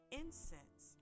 incense